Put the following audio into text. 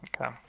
Okay